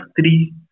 three